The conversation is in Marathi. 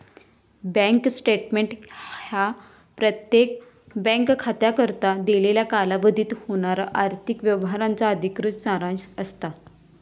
बँक स्टेटमेंट ह्या प्रत्येक बँक खात्याकरता दिलेल्या कालावधीत होणारा आर्थिक व्यवहारांचा अधिकृत सारांश असता